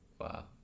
Wow